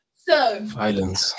Violence